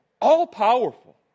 all-powerful